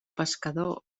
pescador